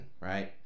right